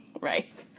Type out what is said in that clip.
right